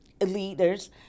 leaders